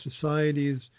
societies